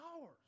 hours